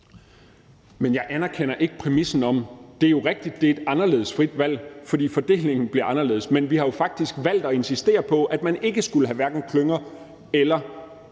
Men jeg anerkender ikke præmissen. Det er jo rigtigt, at det er et anderledes frit valg, fordi fordelingen bliver anderledes, men vi har faktisk valgt at insistere på, at man ikke skulle have hverken klynger eller